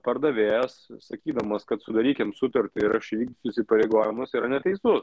pardavėjas sakydamas kad sudarykim sutartį ir aš įvykdysiu įsipareigojimus yra neteisus